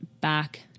back